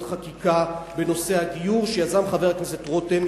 החקיקה בנושא הגיור שיזם חבר הכנסת רותם,